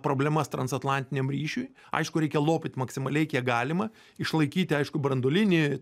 problemas transatlantiniam ryšiui aišku reikia lopyt maksimaliai kiek galima išlaikyti aišku branduolinį